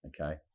okay